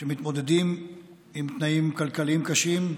שמתמודדים עם תנאים כלכליים קשים.